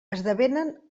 esdevenen